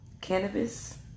cannabis